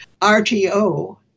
rto